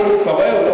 אתה רואה,